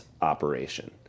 operation